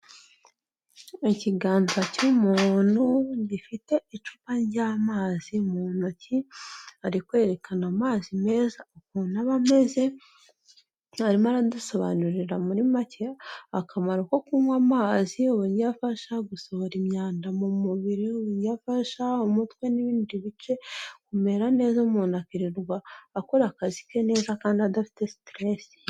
Ikiganza cy'umuntu gifite icupa ry'amazi mu ntoki, ari kwerekana amazi meza ukuntu aba ameze, arimo aradusobanurira muri make akamaro ko kunywa amazi, uburyo afasha gusohora imyanda mu mubiri, uburyo afasha umutwe n'ibindi bice kumera neza, umuntu akirirwa akora akazi ke neza kandi adafite sitiresi